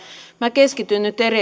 minä keskityn nyt